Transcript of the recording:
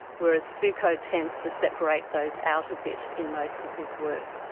whereas foucault tends to separate those out a bit in most of his work.